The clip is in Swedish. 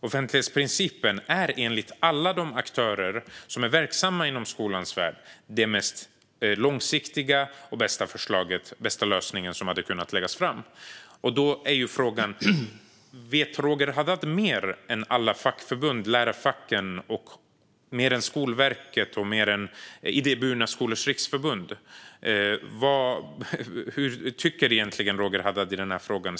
Offentlighetsprincipen är enligt alla de aktörer som är verksamma inom skolans värld det mest långsiktiga förslaget och den bästa lösningen som hade kunnat läggas fram. Vet Roger Haddad mer än alla fackförbund, lärarfacken, Skolverket och Idéburna skolors riksförbund? Hur tycker egentligen Roger Haddad i frågan?